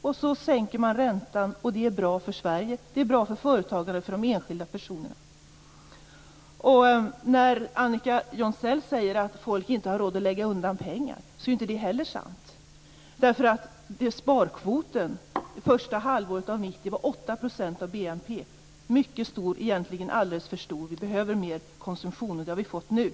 Man sänker räntan, vilket är bra för Sverige, för företagare och för enskilda människor. Annika Jonsell säger att folk inte har råd att lägga undan pengar men inte heller det är sant. Sparkvoten första halvåret 1990 utgjorde 8 % av BNP - en mycket stor, egentligen alldeles för stor, sparkvot. Vi behöver mer av konsumtion, och det har vi nu fått.